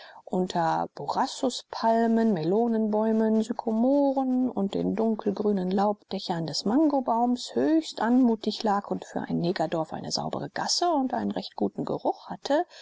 unter borassuspalmen melonenbäumen sykomoren und den dunkelgrünen laubdächern des mangobaums höchst anmutig lag und für ein negerdorf eine saubere gasse und einen recht guten geruch hatte